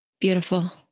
Beautiful